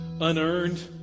Unearned